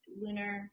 lunar